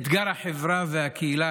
אתגר החברה והקהילה,